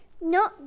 No